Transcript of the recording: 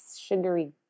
sugary